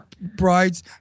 Brides